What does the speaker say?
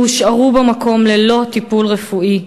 והושארו במקום ללא טיפול רפואי.